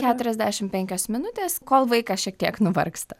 keturiasdešimt penkios minutės kol vaikas šiek tiek nuvargsta